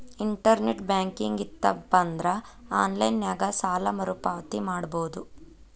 internet banking ಇತ್ತಪಂದ್ರಾ online ನ್ಯಾಗ ಸಾಲ ಮರುಪಾವತಿ ಮಾಡಬೋದು